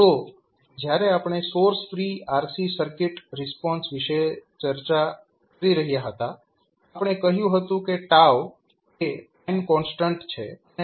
તો જયારે આપણે source free RC circuit response વિષે ચર્ચા કરી રહ્યા હતા આપણે કહ્યું હતું કે એ ટાઈમ કોન્સ્ટન્ટ છે અને RC છે